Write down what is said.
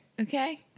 Okay